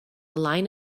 line